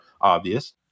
obvious